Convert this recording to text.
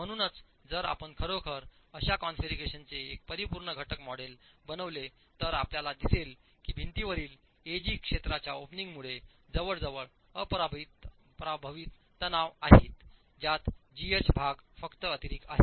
म्हणूनच जर आपण खरोखर अशा कॉन्फिगरेशनचे एक परिपूर्ण घटक मॉडेल बनवले तर आपल्याला दिसेल की भिंतीवरील एजी क्षेत्राच्या ओपनिंगमुळे जवळजवळ अप्रभावित तणाव आहेत ज्यात जीएच भाग फक्त अतिरिक्त आहे